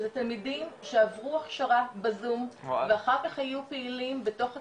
אלה תלמידים שעברו הכשרה בזום ואחר כך היו פעילים בתוך הקהילה,